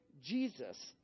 Jesus